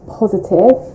positive